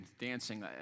dancing